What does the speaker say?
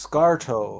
Scarto